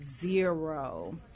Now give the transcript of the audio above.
zero